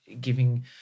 giving